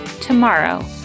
tomorrow